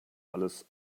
alles